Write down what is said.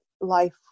life